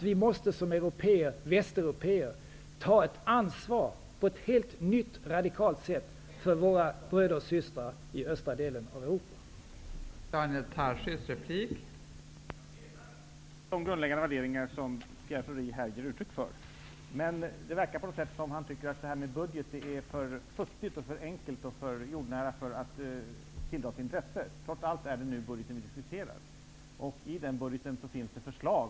Vi måste som västeuropéer ta ett ansvar för våra bröder och systrar i östra delen av Europa på ett helt nytt, radikalt sätt.